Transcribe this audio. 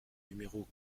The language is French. numéros